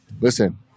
Listen